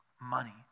money